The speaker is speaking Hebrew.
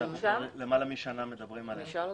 שאנחנו למעלה משנה מדברים עליה.